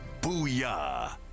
Booyah